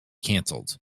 canceled